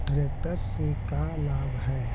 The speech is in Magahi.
ट्रेक्टर से का लाभ है?